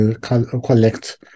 collect